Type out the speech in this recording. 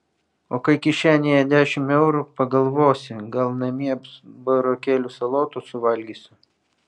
o kai kišenėje dešimt eurų pagalvosi gal namie burokėlių salotų suvalgysiu